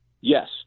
Yes